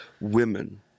women